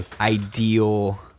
ideal